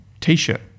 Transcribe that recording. T-shirt